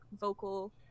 vocal